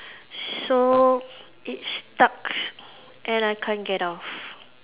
so it's stuck and I can't get off